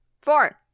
four